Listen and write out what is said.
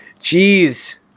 Jeez